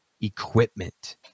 equipment